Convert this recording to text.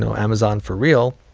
and amazon for real.